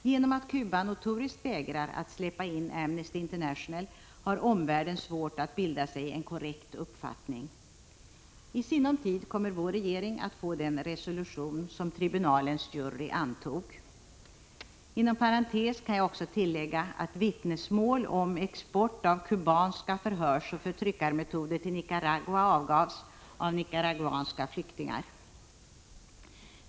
Genom att Cuba notoriskt vägrar att släppa in Amnesty International har omvärlden svårt att bilda sig en korrekt uppfattning. I sinom tid kommer vår regering att få den resolution som tribunalens jury antog. Inom parentes kan jag tillägga att vittnesmål om export av kubanska förhörsoch förtryckarmetoder till Nicaragua avgavs av nicaraguanska flyktingar.